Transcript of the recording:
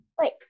wait